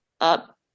up